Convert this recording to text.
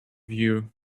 you